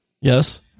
Yes